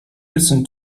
listen